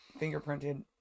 Fingerprinted